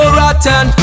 rotten